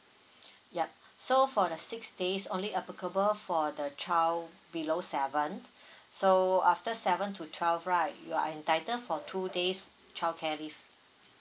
yup so for the six days only applicable for the child below seven so after seven to twelve right you are entitled for two days childcare leave